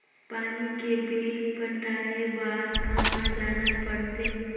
पानी के बिल पटाय बार कहा जाना पड़थे?